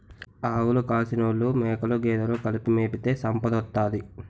ఆవులు కాసినోలు మేకలు గేదెలు కలిపి మేపితే సంపదోత్తది